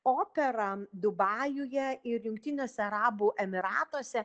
opera dubajuje ir jungtiniuose arabų emyratuose